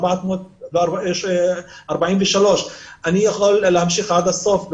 יש 43. אני יכול להמשיך עד הסוף,